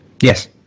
Yes